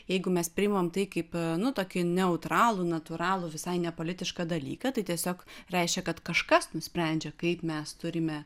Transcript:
jeigu mes priimam tai kaip nu tuokį neutralų natūralų visai nepolitišką dalyką tai tiesiog reiškia kad kažkas nusprendžia kaip mes turime